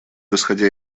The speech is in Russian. исходя